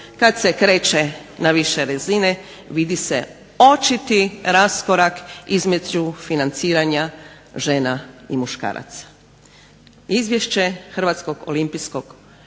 kada se kreće na više razine vidi se očiti raskorak između financiranja žena i muškaraca. Izvješće Hrvatskog olimpijskog